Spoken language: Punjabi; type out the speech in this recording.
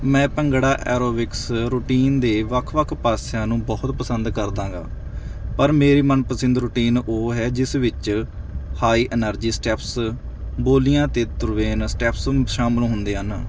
ਮੈਂ ਭੰਗੜਾ ਐਰੋਬਿਕਸ ਰੂਟੀਨ ਦੇ ਵੱਖ ਵੱਖ ਪਾਸਿਆਂ ਨੂੰ ਬਹੁਤ ਪਸੰਦ ਕਰਦਾ ਗਾ ਪਰ ਮੇਰੀ ਮਨਪਸੰਦ ਰੂਟੀਨ ਉਹ ਹੈ ਜਿਸ ਵਿੱਚ ਹਾਈ ਐਨਰਜੀ ਸਟੈਪਸ ਬੋਲੀਆਂ ਅਤੇ ਤਰਵੇਨ ਸਟੈਪਸ ਸ਼ਾਮਿਲ ਹੁੰਦੇ ਹਨ